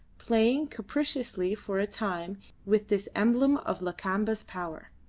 playing capriciously for a time with this emblem of lakamba's power,